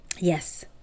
Yes